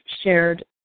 shared